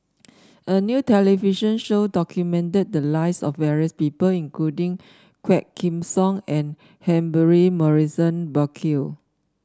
a new television show documented the lives of various people including Quah Kim Song and Humphrey Morrison Burkill